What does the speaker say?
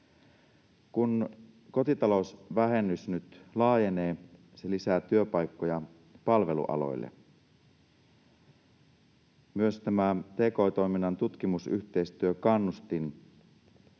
Kun kotitalousvähennys nyt laajenee, se lisää työpaikkoja palvelualoille. Myös tki-toiminnan tutkimusyhteistyökannustin